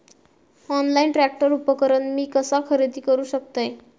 Online tractor उपकरण मी कसा खरेदी करू शकतय?